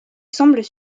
semblent